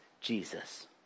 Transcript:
Jesus